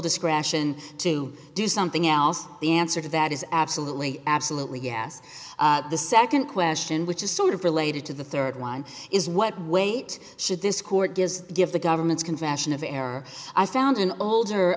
discretion to do something else the answer to that is absolutely absolutely yes the second question which is sort of related to the third one is what weight should this court does give the governments can fashion of air i found an older